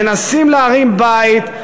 מנסים להרים בית,